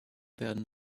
werden